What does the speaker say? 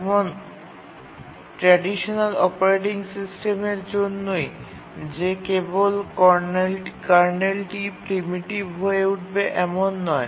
যেমন traditional operating সিস্টেমের জন্যই যে কেবল কার্নেলটি প্রিমিটিভ হয়ে উঠবে এমন নয়